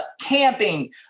camping